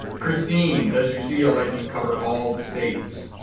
christine does your cdl license cover all the states